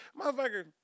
Motherfucker